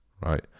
right